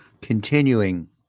continuing